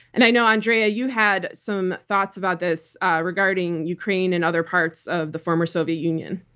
and i know andrea, you had some thoughts about this regarding ukraine and other parts of the former soviet union.